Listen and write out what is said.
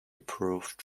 approved